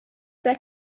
their